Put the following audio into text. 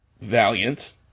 valiant